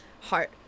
Heart